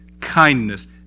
kindness